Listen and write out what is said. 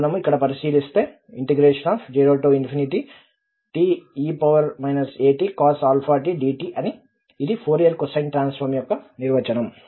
మనము ఇక్కడ పరిశీలిస్తే ∫0 te atcos⁡αtdt ఇది ఫోరియర్ కొసైన్ ట్రాన్సఫార్మ్ యొక్క నిర్వచనం